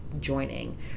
joining